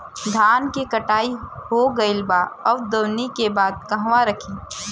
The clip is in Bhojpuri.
धान के कटाई हो गइल बा अब दवनि के बाद कहवा रखी?